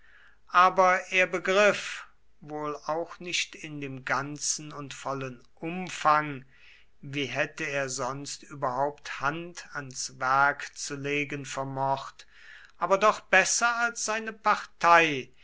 aber er begriff wohl auch nicht in dem ganzen und vollen umfang wie hätte er sonst überhaupt hand ans werk zu legen vermocht aber doch besser als seine partei